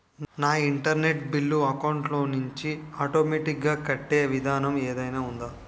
నా internet bill account లోంచి automatic గా కట్టే విధానం ఏదైనా ఉందా?